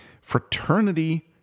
Fraternity